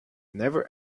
never